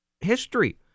history